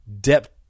Depth